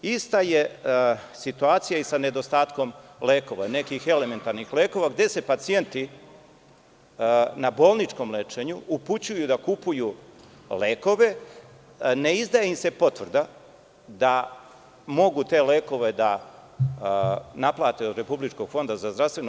Ista je situacija i sa nedostatkom lekova, nekih elementarnih lekova, gde se pacijenti na bolničkom lečenju upućuju da kupuju lekove, ne izdaje im se potvrda da mogu te lekove da naplate od RFZO.